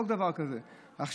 דבר כזה הוא נגד החוק.